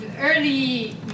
early